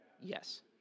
Yes